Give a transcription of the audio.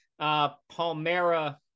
Palmera